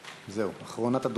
זהו, אחרונת הדוברים.